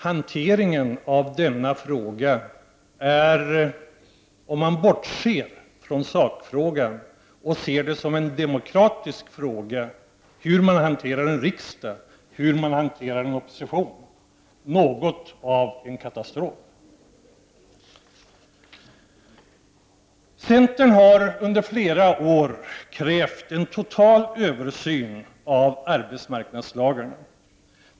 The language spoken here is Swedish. Hanteringen av denna fråga är, om man bortser från sakfrågan och ser det hela som en demokratisk fråga om hur man hanterar riksdagen och hur man hanterar oppositionen, något av en katastrof. Centern har under flera år krävt en total översyn av arbetsmarknadslagarna.